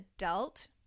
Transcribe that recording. adult